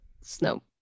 snow